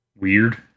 weird